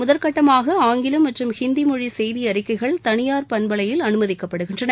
முதற்கட்டமாக ஆங்கிலம் மற்றும் இந்தி மொழி செய்தி அழிக்கைகள் தனியார் பண்பலையில் அனுமதிக்கப்படுகின்றன